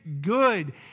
good